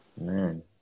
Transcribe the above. man